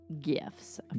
gifts